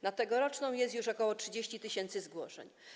Na tegoroczną jest już ok. 30 tys. zgłoszeń.